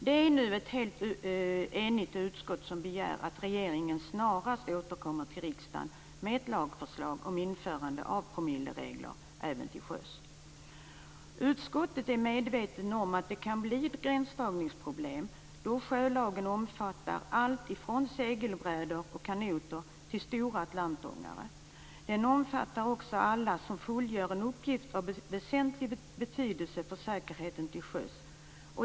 Det är nu ett helt enigt utskott som begär att regeringen snarast återkommer till riksdagen med ett lagförslag om införande av promilleregler även till sjöss. Utskottet är medvetet om att det kan bli gränsdragningsproblem, då sjölagen omfattar allt ifrån segelbrädor och kanoter till stora atlantångare. Den omfattar också alla som fullgör en uppgift av väsentlig betydelse för säkerheten till sjöss.